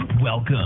Welcome